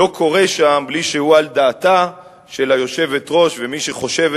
לא קורה שם שלא על דעתה של היושבת-ראש ומי שחושבת